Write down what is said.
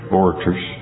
orators